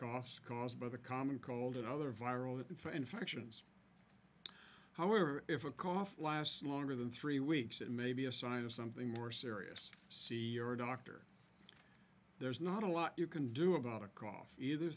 coughs caused by the common cold and other viral if infections however if a cough lasts longer than three weeks it may be a sign of something more serious see a doctor there's not a lot you can do about a cough either